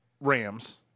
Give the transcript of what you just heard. Rams